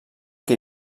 que